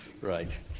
Right